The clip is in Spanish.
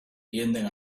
tienden